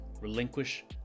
relinquish